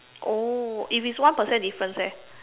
oh if it's one percent difference eh